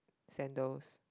sandals